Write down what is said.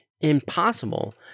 Impossible